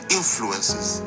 influences